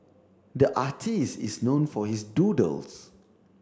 the artist is known for his doodles